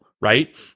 right